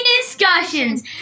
Discussions